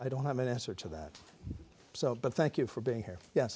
i don't have an answer to that but thank you for being here ye